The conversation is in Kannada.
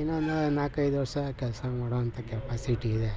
ಇನ್ನೊಂದು ನಾಲ್ಕೈದು ವರ್ಷ ಕೆಲಸ ಮಾಡೋವಂಥ ಕೆಪಾಸಿಟಿ ಇದೆ